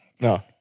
No